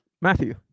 Matthew